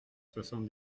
soixante